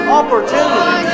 opportunity